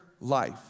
life